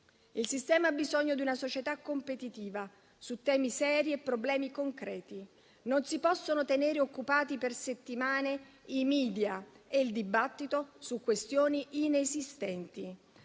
Il sistema ha bisogno di una società competitiva su temi seri e problemi concreti. Non si possono tenere occupati per settimane i *media* e il dibattito su questioni inesistenti,